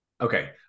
Okay